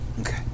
Okay